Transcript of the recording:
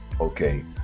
okay